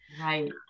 Right